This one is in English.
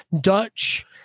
Dutch